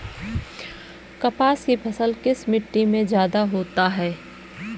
कपास की फसल किस मिट्टी में ज्यादा होता है?